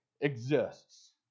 exists